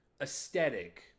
aesthetic